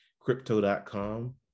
crypto.com